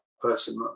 person